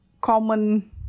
common